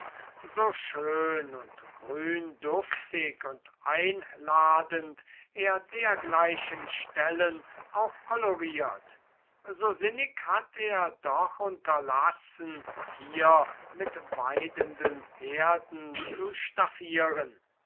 so schön und gründuftig und einladend er dergleichen stellen auch koloriert so sinnig hat er doch unterlassen hier mit weidenden herden zu staffieren